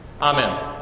Amen